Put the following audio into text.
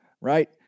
right